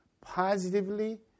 positively